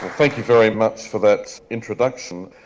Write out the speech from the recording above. thank you very much for that introduction.